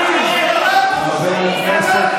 הוא אמר לו רוצח.